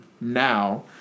now